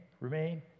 remain